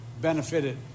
benefited